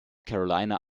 carolina